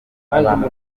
abantu